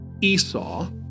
Esau